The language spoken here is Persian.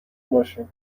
باشیم